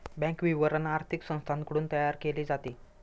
bank विवरण आर्थिक संस्थांकडून तयार केले जाते